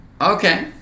Okay